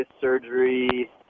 surgery